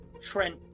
Trent